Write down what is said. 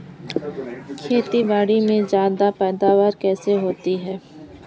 खेतीबाड़ी में ज्यादा पैदावार कैसे होती है?